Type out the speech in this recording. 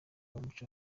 w’umuco